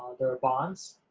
there are bonds,